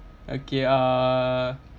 okay uh